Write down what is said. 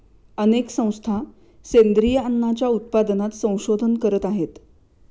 अनेक संस्था सेंद्रिय अन्नाच्या उत्पादनात संशोधन करत आहेत